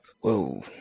whoa